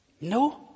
No